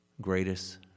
Greatest